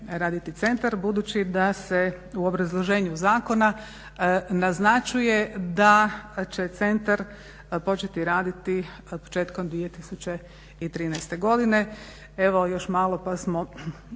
budući da se u obrazloženju zakona naznačuje da će centar početi raditi početkom 2013.godine.